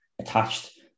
attached